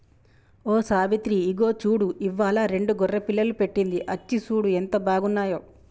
ఓ సావిత్రి ఇగో చూడు ఇవ్వాలా రెండు గొర్రె పిల్లలు పెట్టింది అచ్చి సూడు ఎంత బాగున్నాయో